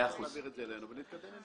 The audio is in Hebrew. אפשר להעביר את זה אלינו ונתקדם עם זה.